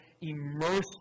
immersed